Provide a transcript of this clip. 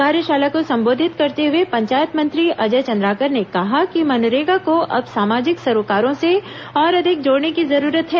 कार्यशाला को संबोधित करते हुए पंचायत मंत्री अजय चंद्राकर ने कहा कि मनरेगा को अब सामाजिक सरोकारों से और अधिक जोड़ने की जरूरत है